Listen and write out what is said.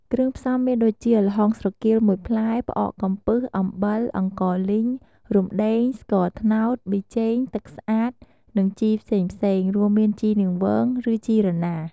គ្រឿងផ្សំមានដូចជា ល្ហុងស្រគាល ១ ផ្លែ ផ្អកកំពឹស អំបិល អង្ករលីង រំដេង ស្ករត្នោត ប៊ីចេង ទឹកស្អាត និងជីផ្សេងៗ រួមមាន ជីនាងវង ឬជីរណារ។